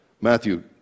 Matthew